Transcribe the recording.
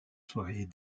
soirées